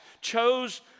chose